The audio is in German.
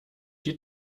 die